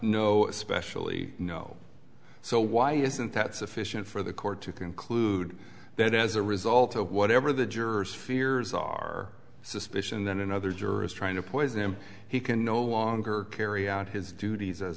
no especially no so why isn't that sufficient for the court to conclude that as a result of whatever the jurors fears are suspicion then another juror is trying to poison him he can no longer carry out his duties as